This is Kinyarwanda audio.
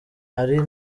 ari